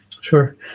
Sure